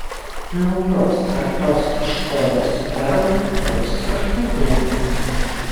naujos kartos škoda superb bus prašmatnesnis